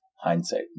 hindsight